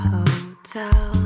Hotel